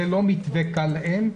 זה לא מתווה קל להם,